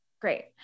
great